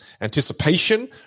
anticipation